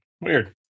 Weird